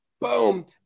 Boom